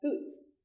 Boots